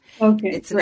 Okay